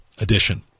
edition